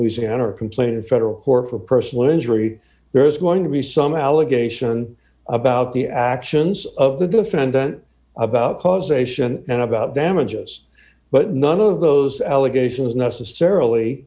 or complain of federal court for personal injury there is going to be some allegation about the actions of the defendant about causation and about damages but none of those allegations necessarily